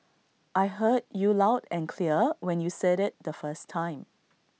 I heard you loud and clear when you said IT the first time